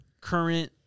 current